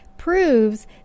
Proves